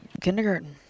kindergarten